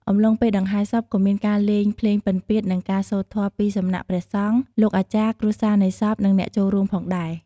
អំឡុងពេលដង្ហែរសពក៏មានការលេងភ្លេងពិណពាទ្យ និងការសូត្រធម៌ពីសំណាក់ព្រះសង្ឃ លោកអាចារ្យ គ្រួសារនៃសព និងអ្នកចូលរួមផងដែរ។